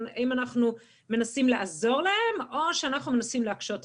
האם אנחנו מנסים לעזור להם או שאנחנו מנסים להקשות עליהם.